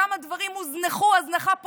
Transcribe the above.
כמה דברים הוזנחו הזנחה פושעת.